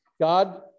God